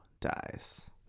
dies